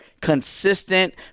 consistent